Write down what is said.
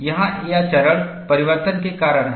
यहाँ यह चरण परिवर्तन के कारण है